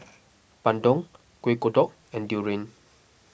Bandung Kuih Kodok and Durian